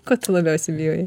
ko tu labiausiai bijojai